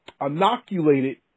inoculated